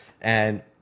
And-